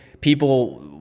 people